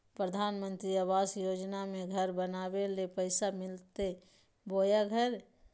प्रधानमंत्री आवास योजना में घर बनावे ले पैसा मिलते बोया घर?